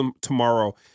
tomorrow